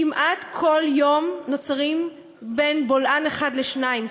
כמעט כל יום נוצרים בין בולען אחד לשניים,